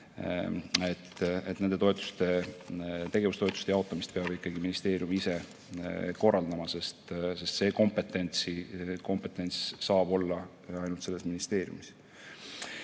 et nende tegevustoetuste jaotamist peab ikkagi ministeerium ise korraldama, sest see kompetents saab olla ainult ministeeriumis.